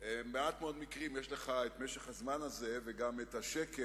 במעט מאוד מקרים יש לך את משך הזמן הזה, וגם השקט,